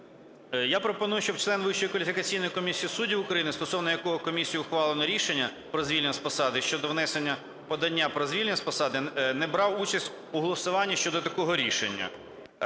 кваліфікаційної комісії суддів України, стосовно якого комісією ухвалено рішення про звільнення з посади щодо внесення подання про звільнення з посади, не брав участь у голосуванні щодо такого рішення.